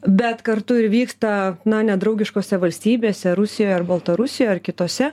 bet kartu ir vyksta na nedraugiškose valstybėse rusijoj ar baltarusijoj ar kitose